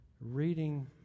reading